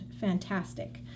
fantastic